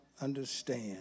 understand